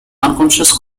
unconscious